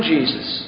Jesus